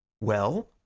Well